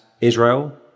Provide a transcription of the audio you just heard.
Israel